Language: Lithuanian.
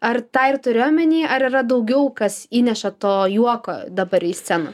ar tą ir turi omeny ar yra daugiau kas įneša to juoko dabar į sceną